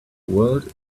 world